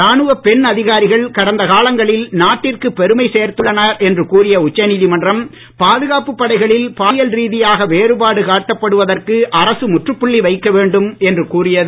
ராணுவப் பெண் அதிகாரிகள் கடந்த காலங்களில் நாட்டிற்கு பெருமை சேர்த்துள்ளனர் என்று கூறிய உச்சநீதிமன்றம் பாதுகாப்பு படைகளில் பாலியல் ரீதியாக வேறுபாடு காட்டப்படுவதற்கு அரசு முற்றுப்புள்ளி வைக்கப்பட வேண்டும் என்று கூறியது